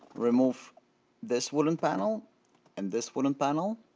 remove this wooden panel and this wooden panel.